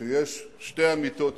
שיש שתי אמיתות יסודיות,